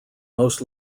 most